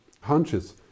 hunches